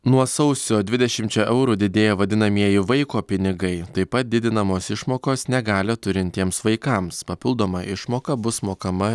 nuo sausio dvidešimčia eurų didėja vadinamieji vaiko pinigai taip pat didinamos išmokos negalią turintiems vaikams papildoma išmoka bus mokama